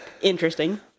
interesting